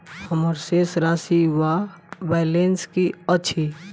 हम्मर शेष राशि वा बैलेंस की अछि?